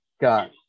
got